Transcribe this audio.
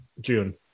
June